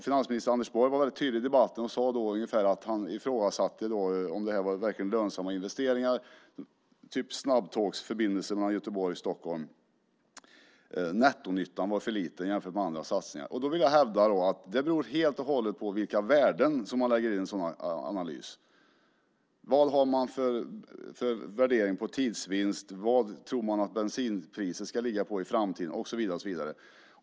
Finansminister Anders Borg var väldigt tydlig i debatten. Vad han sade var ungefär att han ifrågasatte om till exempel en snabbtågsförbindelse mellan Göteborg och Stockholm verkligen är en lönsam investering. Nettonyttan ansågs för liten jämfört med andra satsningar. Jag hävdar att det helt och hållet beror på vilka värden som läggs in i en sådan analys. Hur värderas tidsvinsten? Var tror man att bensinpriset i framtiden ligger och så vidare?